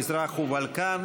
מזרח והבלקן